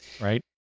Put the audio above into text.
Right